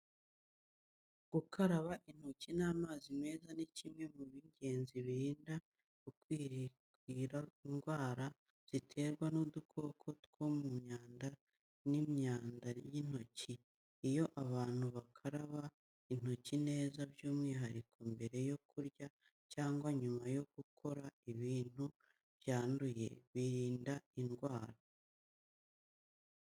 Gukaraba intoki n’amazi meza ni kimwe mu by’ingenzi birinda ikwirakwira ry’indwara ziterwa n’udukoko two mu myanda n’imyanda y’intoki. Iyo abantu bakaraba intoki neza, by’umwihariko mbere yo kurya cyangwa nyuma yo gukoraho ibintu byanduye, birinda indwara.